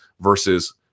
versus